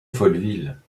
folleville